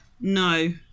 no